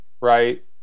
Right